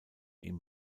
ihm